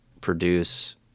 produce